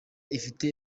ifite